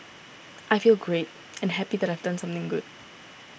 I feel great and happy that I've done something good